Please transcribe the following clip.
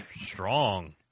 Strong